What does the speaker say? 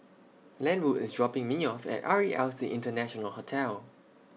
Lenwood IS dropping Me off At R E L C International Hotel